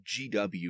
GW